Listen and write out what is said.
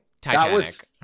Titanic